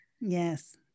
Yes